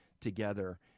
together